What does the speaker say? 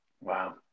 Wow